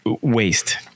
Waste